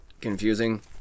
confusing